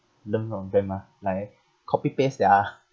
learn from them ah like copy paste their